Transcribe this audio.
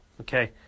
okay